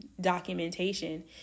documentation